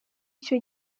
cyo